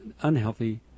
unhealthy